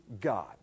God